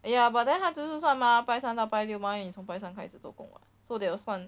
ya but then 他就是算 mah 拜三到拜六 mine 也是拜三拜四做工啊 so they will 算